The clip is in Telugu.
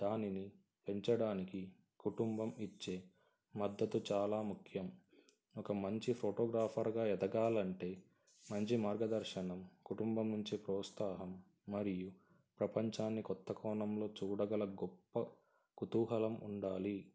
దానిని పెంచడానికి కుటుంబం ఇచ్చే మద్దతు చాలా ముఖ్యం ఒక మంచి ఫోటోగ్రాఫర్గా ఎదగాలంటే మంచి మార్గదర్శనం కుటుంబం నుంచి ప్రోత్సాహం మరియు ప్రపంచాన్ని కొత్త కోణంలో చూడగల గొప్ప కుతూహలం ఉండాలి